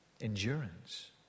Endurance